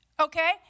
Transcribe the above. Okay